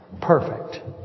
perfect